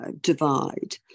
divide